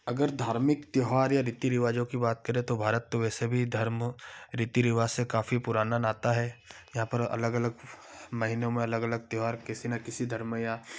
अगर धार्मिक त्यौहार या रीति रिवाजों की बात करें तो भारत तो वैसे भी धर्म रीति रिवाज से काफी पुराना नाता है यहाँ पर अलग अलग महीनों में अलग अलग त्यौहार किसी ना किसी धर्म या